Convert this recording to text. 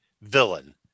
villain